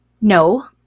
No